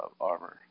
armor